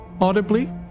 Audibly